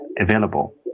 available